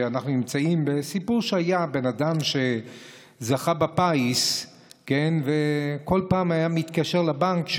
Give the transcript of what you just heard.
סיפור שהיה: בן אדם זכה בפיס וכל פעם היה מתקשר לבנק,